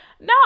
No